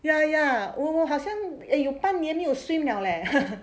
ya ya 我我好像有半年没有 swim 了 leh